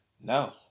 no